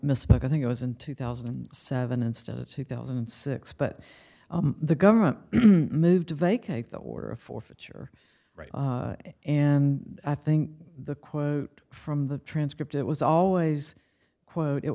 misspoke i think it was in two thousand and seven instead of two thousand and six but the government moved to vacate the order of forfeiture right and i think the quote from the transcript it was always quote it